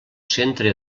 centre